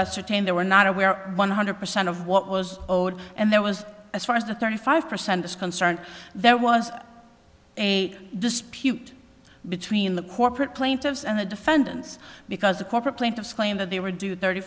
ascertain they were not aware one hundred percent of what was owed and there was as far as the thirty five percent is concerned there was a dispute between the corporate plaintiffs and the defendants because the corporate plaintiffs claim that they were due thirty